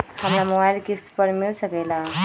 हमरा मोबाइल किस्त पर मिल सकेला?